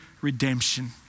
redemption